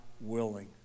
willing